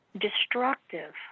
destructive